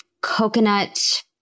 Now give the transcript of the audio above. coconut